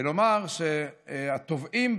ולומר שהטובעים,